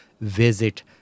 visit